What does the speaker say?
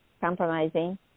Compromising